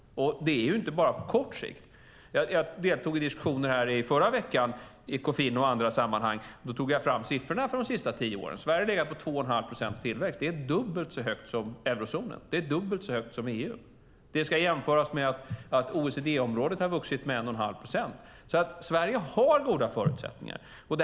Det gäller inte bara på kort sikt. Jag deltog i diskussioner i förra veckan i Ekofin och andra sammanhang. Då tog jag fram siffrorna för de senaste tio åren. Sverige har legat på 2 1⁄2 procents tillväxt. Det är dubbelt så högt som eurozonen och EU. Det ska jämföras med att OECD-området har vuxit med 1 1⁄2 procent. Sverige har goda förutsättningar.